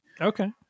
Okay